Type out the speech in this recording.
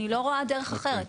אני לא רואה דרך אחרת,